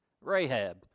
Rahab